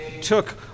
took